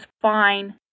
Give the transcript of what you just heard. fine